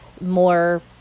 more